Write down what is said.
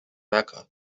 mecca